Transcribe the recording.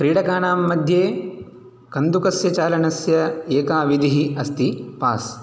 क्रीडकानां मध्ये कन्दुकस्य चालनस्य एका विधिः अस्ति पास्